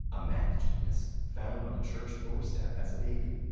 a math genius found on a church doorstep as a baby.